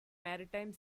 maritime